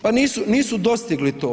Pa nisu dostigli to.